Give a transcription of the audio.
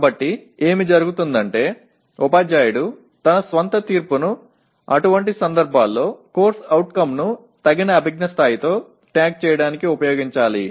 కాబట్టి ఏమి జరుగుతుందంటే ఉపాధ్యాయుడు తన స్వంత తీర్పును అటువంటి సందర్భాల్లో CO ను తగిన అభిజ్ఞా స్థాయితో ట్యాగ్ చేయడానికి ఉపయోగించాలి